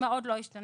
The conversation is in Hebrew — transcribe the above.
מה עוד לא השתנה,